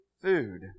food